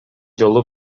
жолу